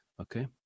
Okay